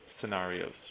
scenarios